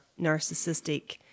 narcissistic